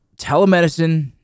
telemedicine